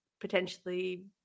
potentially